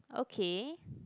okay